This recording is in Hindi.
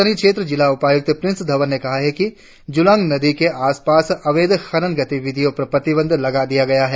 राजधानी क्षेत्र जिला उपायुक्त प्रिंस धवन ने कहा कि जुलांग नदी के आस पास अवैध खनन गतिविधियो पर प्रतिबंद्ध लगा दिया है